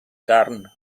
carn